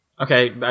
Okay